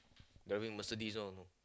driving Mercedes one you know